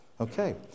okay